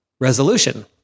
resolution